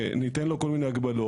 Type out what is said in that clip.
וניתן לו כל מיני הגבלות,